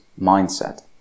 mindset